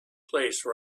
place